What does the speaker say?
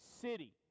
city